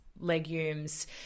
legumes